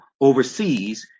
overseas